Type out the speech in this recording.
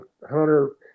hunter